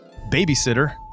Babysitter –